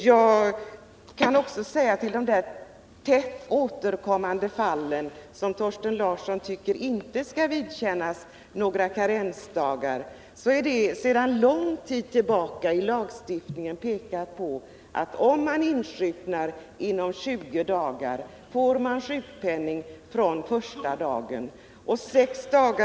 Jag kan också säga, beträffande fallen med tätt återkommande frånvaro som Thorsten Larsson anser inte skall vidkännas avdrag för karensdagar, att det sedan lång tid tillbaka finns angivet i lagstiftningen att om man insjuknar inom 20 dagar från föregående sjukfrånvaro får man sjukpenning från första dagen.